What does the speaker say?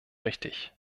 richtig